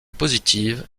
positive